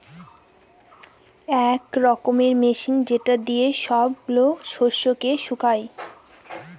এক রকমের মেশিন যেটা দিয়ে সব গুলা শস্যকে শুকায়